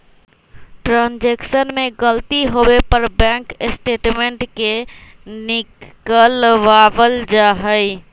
transaction में गलती होवे पर बैंक स्टेटमेंट के निकलवावल जा हई